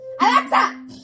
Alexa